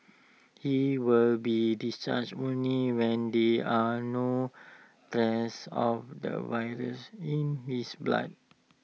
he will be discharged only when there are no of the virus in his blood